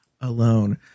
alone